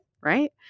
right